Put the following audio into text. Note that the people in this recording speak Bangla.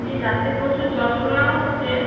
এই রাত্রে প্রচুর যন্ত্রণা হচ্ছে